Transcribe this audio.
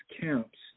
camps